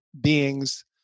beings